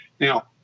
Now